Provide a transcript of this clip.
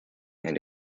and